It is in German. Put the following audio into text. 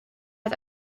hat